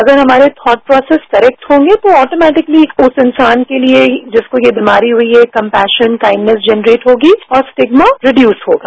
अगर हमारे thoughts process correct हॉगे तो ऑटोमेटिकली उस इंसान के लिए जिसको ये बीमारी हुई है कपैशन काइंडनेस जनरेट होगी और सिग्मा रिडयूज होगा